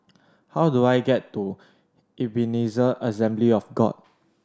how do I get to Ebenezer Assembly of God